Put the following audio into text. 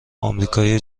آمریکای